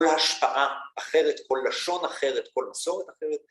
להשפעה אחרת כל לשון, אחרת כל מסורת.